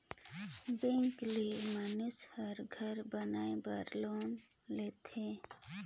bank ले मइनसे हर घर बनाए बर लोन लेथे